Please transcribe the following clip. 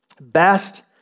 best